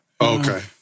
Okay